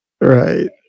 Right